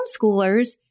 homeschoolers